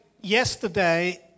yesterday